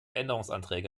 änderungsanträge